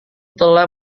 telah